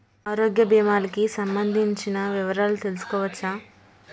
ఆరోగ్య భీమాలకి సంబందించిన వివరాలు తెలుసుకోవచ్చా?